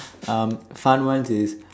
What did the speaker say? um fun ones is